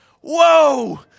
Whoa